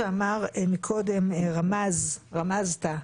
כפי שרמזת,